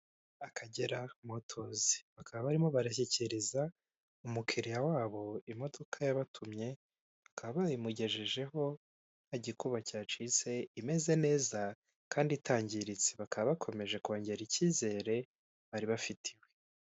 Akagera motozi bakaba barimo barashyikiriza umukiriya wabo imodoka yabatumye, bakaba bayimugejejeho nta gikuba cyacitse, imeze neza kandi itangiritse bakaba bakomeje kongera icyizere bari bafitiwe.